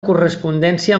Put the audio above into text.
correspondència